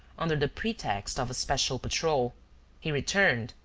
under the pretext of a special patrol he returned,